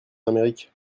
amérique